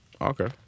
Okay